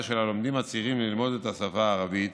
של הלומדים הצעירים ללמוד את השפה הערבית,